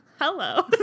Hello